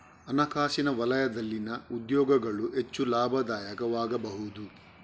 ಹಣಕಾಸಿನ ವಲಯದಲ್ಲಿನ ಉದ್ಯೋಗಗಳು ಹೆಚ್ಚು ಲಾಭದಾಯಕವಾಗಬಹುದು